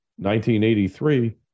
1983